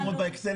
נעמוד באקסלים.